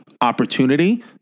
opportunity